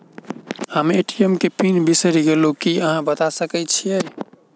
हम ए.टी.एम केँ पिन बिसईर गेलू की अहाँ बता सकैत छी?